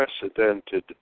unprecedented